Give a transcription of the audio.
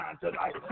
tonight